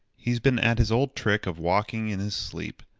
he's been at his old trick of walking in his sleep.